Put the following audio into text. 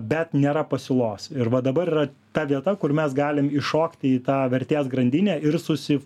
bet nėra pasiūlos ir va dabar yra ta vieta kur mes galim įšokti į tą vertės grandinę ir susi